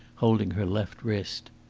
holding her left wrist.